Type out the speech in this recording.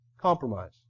compromise